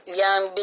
young